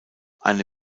eine